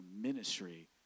ministry